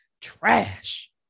trash